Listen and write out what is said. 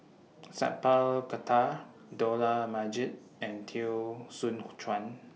Sat Pal Khattar Dollah Majid and Teo Soon Chuan